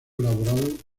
elaborado